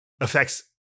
affects –